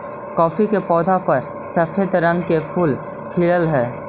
coffee के पौधा पर सफेद रंग के फूल खिलऽ हई